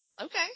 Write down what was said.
Okay